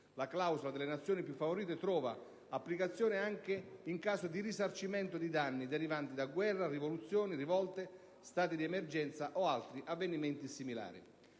La clausola della Nazione più favorita trova applicazione anche in caso di risarcimento di danni derivanti da guerre, rivoluzioni, rivolte, stati di emergenza o altri avvenimenti similari.